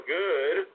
good